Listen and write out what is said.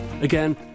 again